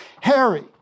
Harry